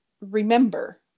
remember